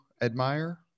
admire